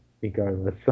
regardless